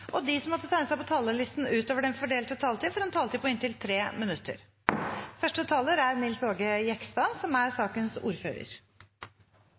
og de som måtte tegne seg på talerlisten utover den fordelte taletid, får en taletid på inntil 3 minutter. Situasjonen i den samiske reindriften er